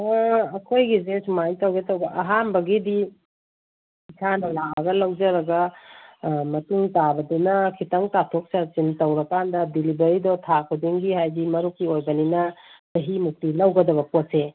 ꯑꯣ ꯑꯩꯈꯣꯏꯒꯤꯁꯦ ꯁꯨꯃꯥꯏꯅ ꯇꯧꯒꯦ ꯇꯧꯕ ꯑꯍꯥꯟꯕꯒꯤ ꯏꯁꯥꯅ ꯂꯥꯛꯑꯒ ꯂꯧꯖꯔꯒ ꯃꯇꯨꯡ ꯇꯥꯕꯗꯨꯅ ꯈꯤꯇꯪ ꯇꯥꯊꯣꯛ ꯇꯥꯁꯤꯟ ꯇꯧꯔꯀꯥꯟꯗ ꯗꯤꯂꯤꯕꯔꯤꯗꯣ ꯊꯥ ꯈꯨꯗꯤꯡꯒꯤ ꯍꯥꯏꯗꯤ ꯃꯔꯨꯞꯀꯤ ꯑꯣꯏꯕꯅꯤꯅ ꯆꯍꯤꯃꯨꯛꯇꯤ ꯂꯧꯒꯗꯕ ꯄꯣꯠꯁꯦ